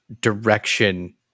direction